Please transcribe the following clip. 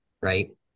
right